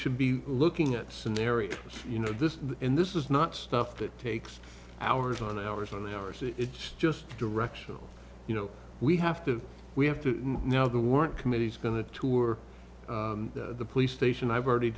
should be looking at scenarios you know this and this is not stuff that takes hours on hours and hours it's just directional you know we have to we have to now there weren't committees going to tour the police station i've already